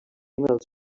emails